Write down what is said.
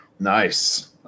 Nice